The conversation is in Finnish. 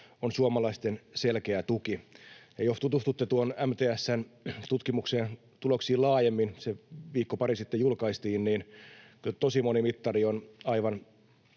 on suomalaisten selkeä tuki, ja jos tutustutte tuon MTS:n tutkimuksen tuloksiin laajemmin — se viikko, pari sitten julkaistiin — niin tosi moni mittari on aivan